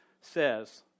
says